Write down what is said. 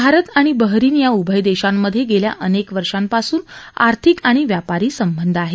भारत आणि बहारीन या उभय देशांमध्ये गेल्या अनेक वर्षांपासून आर्थिक आणि व्यापारी संबंध आहेत